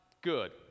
good